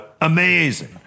Amazing